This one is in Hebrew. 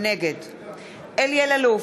נגד אלי אלאלוף,